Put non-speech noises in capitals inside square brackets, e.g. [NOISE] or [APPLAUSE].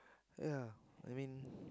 yeah I mean [BREATH]